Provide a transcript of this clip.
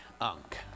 Unc